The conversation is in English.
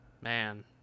man